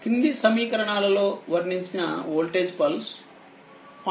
కింది సమీకరణాలలో వర్ణించిన వోల్టేజ్ పల్స్ 0